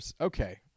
Okay